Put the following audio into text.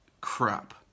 crap